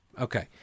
okay